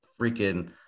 freaking